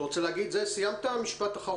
אתה רוצה להגיד משפט אחרון?